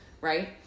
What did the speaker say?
right